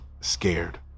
scared